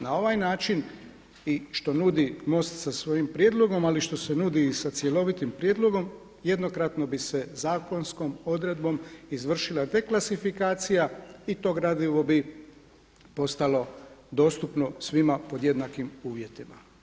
Na ovaj način i što nudi MOST sa svojim prijedlogom ali što se nudi i sa cjelovitim prijedlogom jednokratno bi se zakonskom odredbom izvršila deklasifikacija i to gradivo bi postalo dostupno svima pod jednakim uvjetima.